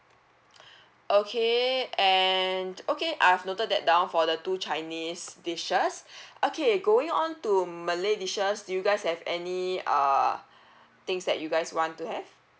okay and okay I've noted that down for the two chinese dishes okay going on to malay dishes do you guys have any err things that you guys want to have